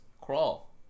Crawl